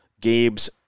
Gabe's